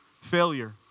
failure